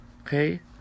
Okay